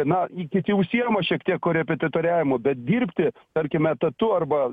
na kiti užsiima šiek tiek korepetitoriavimu bet dirbti tarkim etatu arba